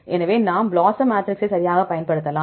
எனவே நாம் BLOSUM மேட்ரிக்ஸை சரியாகப் பயன்படுத்தலாம்